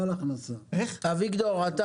ברשותך --- אתה מדבר על ההוצאה, לא על הכנסה.